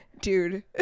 dude